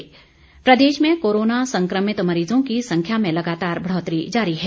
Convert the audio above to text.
Covid update प्रदेश में corona संक्रमित मरीजों की संख्या में लगातार बढ़ोतरी जारी है